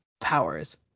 powers